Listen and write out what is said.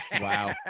Wow